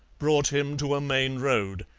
brought him to a main road,